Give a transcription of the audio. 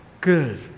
good